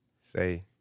Say